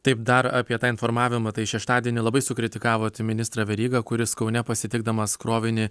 taip dar apie tą informavimą tai šeštadienį labai sukritikavot ministrą verygą kuris kaune pasitikdamas krovinį